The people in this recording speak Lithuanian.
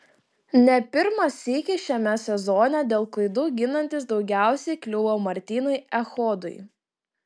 ne pirmą sykį šiame sezone dėl klaidų ginantis daugiausiai kliuvo martynui echodui